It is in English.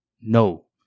no